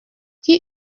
qui